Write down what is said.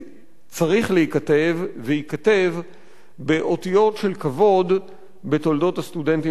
צריך להיכתב וייכתב באותיות של כבוד בתולדות הסטודנטים הישראלים.